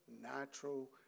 natural